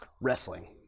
Wrestling